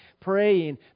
praying